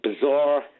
bizarre